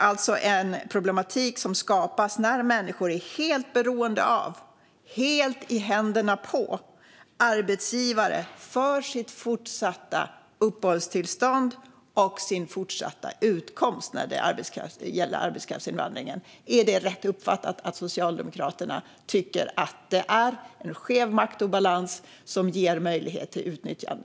Det är en problematik som skapas när människor i arbetskraftsinvandringen är helt beroende av och helt i händerna på arbetsgivare för sitt fortsatta uppehållstillstånd och sin fortsatta utkomst. Är det rätt uppfattat att Socialdemokraterna tycker att det är en skev maktbalans som ger möjlighet till utnyttjande?